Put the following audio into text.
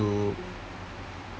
to